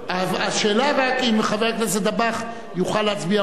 השאלה רק אם חבר הכנסת דבאח יוכל להצביע או לא.